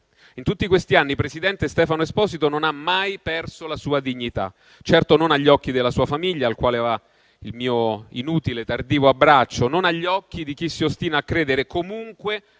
In tutti questi anni, signora Presidente, Stefano Esposito non ha mai perso la sua dignità, certo non agli occhi della sua famiglia, al quale va il mio inutile e tardivo abbraccio, non agli occhi di chi si ostina a credere comunque